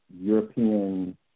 European